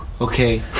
okay